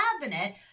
cabinet